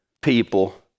people